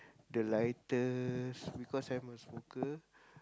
the lighters because I'm a smoker